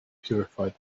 purified